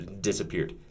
disappeared